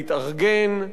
להתארגן,